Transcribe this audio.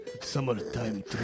summertime